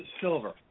silver